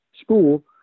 school